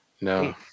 No